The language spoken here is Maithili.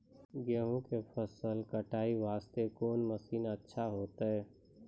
गेहूँ के फसल कटाई वास्ते कोंन मसीन अच्छा होइतै?